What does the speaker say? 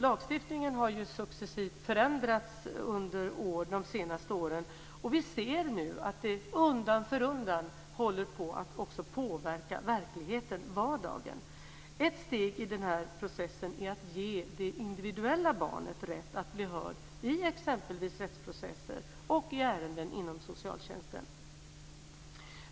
Lagstiftningen har successivt förändrats under de senaste åren, och vi ser nu att den undan för undan också håller på att påverka verkligheten - vardagen. Ett steg i denna process är att ge det individuella barnet rätt att bli hörd i exempelvis rättsprocesser och i ärenden inom socialtjänsten.